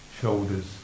shoulders